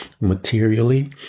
materially